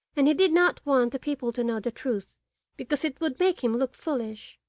and he did not want people to know the truth because it would make him look foolish.